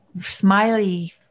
smiley